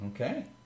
Okay